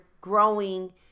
growing